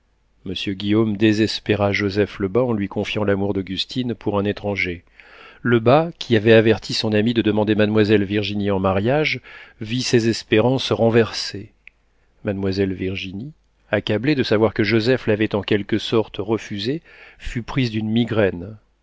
monsieur guillaume désespéra joseph lebas en lui confiant l'amour d'augustine pour un étranger lebas qui avait averti son ami de demander mademoiselle virginie en mariage vit ses espérances renversées mademoiselle virginie accablée de savoir que joseph l'avait en quelque sorte refusée fut prise d'une migraine